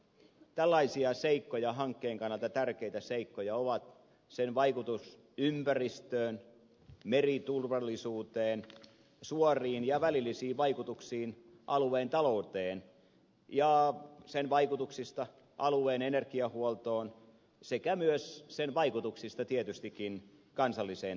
tällaisia seikkoja hankkeen kannalta tärkeitä seikkoja ovat sen vaikutus ympäristöön meriturvallisuuteen suorat ja välilliset vaikutukset alueen talouteen vaikutukset alueen energiahuoltoon sekä myös sen vaikutukset tietystikin kansalliseen turvallisuuteen